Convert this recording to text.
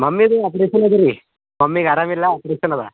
ಮಮ್ಮಿಗೆ ಆಪ್ರೇಷನ್ ಅದರೀ ಮಮ್ಮಿಗೆ ಆರಾಮು ಇಲ್ಲಾ ಆಪ್ರೇಷನ್ ಅದಾ